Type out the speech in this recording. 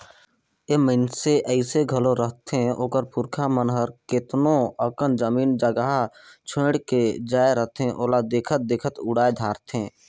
ए मइनसे अइसे घलो रहथें ओकर पुरखा मन हर केतनो अकन जमीन जगहा छोंएड़ के जाए रहथें ओला देखत देखत उड़ाए धारथें